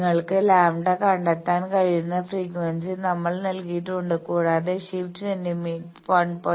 നിങ്ങൾക്ക് ലാംഡ λ കണ്ടെത്താൻ കഴിയുന്ന ഫ്രീക്വൻസി നമ്മൾ നൽകിയിട്ടുണ്ട് കൂടാതെ ഷിഫ്റ്റ് 1